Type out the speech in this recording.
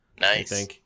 Nice